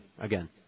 Again